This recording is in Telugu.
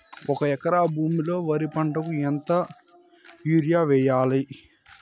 ఒక ఎకరా భూమిలో వరి పంటకు ఎంత యూరియ వేయల్లా?